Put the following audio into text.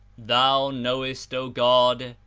thou knowest, o god,